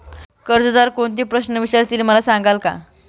कर्जदार कोणते प्रश्न विचारतील, मला सांगाल का?